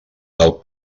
del